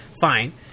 Fine